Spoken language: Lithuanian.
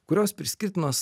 kurios priskirtinos